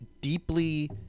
deeply